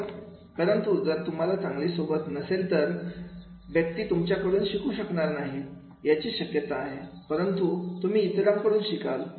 परंतु जर तुम्हाला चांगली सोबत नसेल तर व्यक्ती तुमच्याकडून शिकू शकणार नाही याची शक्यता आहे परंतु तुम्ही इतरांकडून शिकाल